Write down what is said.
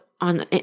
on